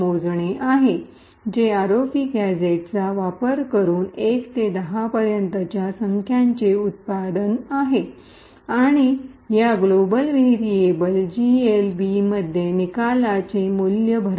मोजणे आहे जे आरओपी गॅझेट्सचा वापर करुन 1 ते 10 पर्यंतच्या संख्येचे उत्पादन आहे आणि या ग्लोबल व्हेरीएबल GLB मध्ये निकालाचे मूल्य भरा